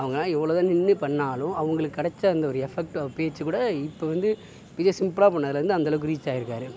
அவங்கெல்லாம் எவ்ளவுதான் நின்று பண்ணாலும் அவங்களுக்கு கிடைச்ச அந்த ஒரு எஃபெக்ட்டு பேச்சு கூட இப்போ வந்து விஜய் சிம்பிளாக பண்ணதில் வந்து அந்தளவுக்கு ரீச் ஆயிருக்கார்